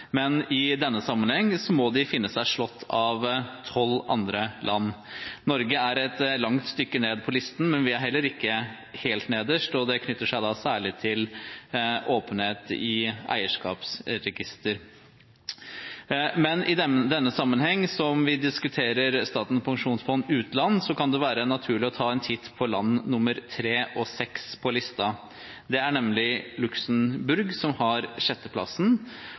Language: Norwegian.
men i denne sammenheng må de se seg slått av tolv andre land. Norge er et langt stykke nede på listen, men vi er heller ikke helt nederst, og det er særlig knyttet til åpenhet i eierskapsregistere. I denne sammenheng, hvor vi diskuterer Statens pensjonsfond utland, kan det være naturlig å ta en titt på landene nr. 3 og nr. 6 på listen, nemlig Luxembourg, som har sjetteplassen,